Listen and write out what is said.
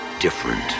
different